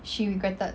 she regretted